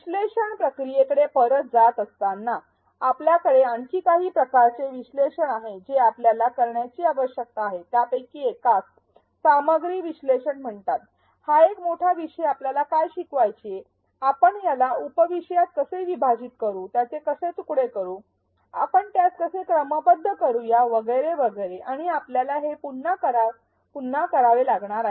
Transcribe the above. विश्लेषण प्रक्रियेकडे परत जात असताना आपल्याकडे आणखी काही प्रकारचे विश्लेषण आहे जे आपल्याला करण्याची आवश्यकता आहे त्यापैकी एकास सामग्री विश्लेषण म्हणतात हा एक मोठा विषय असल्यास काय शिकवायचे आपण याला उप विषयात कसे विभाजित करू त्याचे कसे तुकडे करू आपण त्यास कसे क्रमबद्ध करूया वगैरे वगैरे आणि आपल्याला हे पुन्हा पुन्हा करावे लागणार आहे